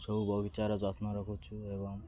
ସବୁ ବଗିଚାର ଯତ୍ନ ରଖୁଛୁ ଏବଂ